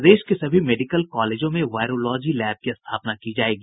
प्रदेश के सभी मेडिकल कॉलेजों में वॉयरोलॉजी लैब की स्थापना की जायेगी